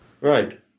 Right